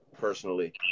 personally